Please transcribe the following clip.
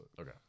Okay